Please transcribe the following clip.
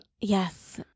Yes